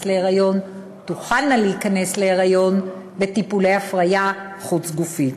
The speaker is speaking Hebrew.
להיריון תוכלנה להיכנס להיריון בטיפולי הפריה חוץ-גופית.